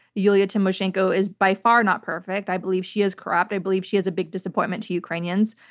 yulia tymoshenko, is by far not perfect. i believe she is corrupt. i believe she is a big disappointment to ukrainians,